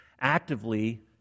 actively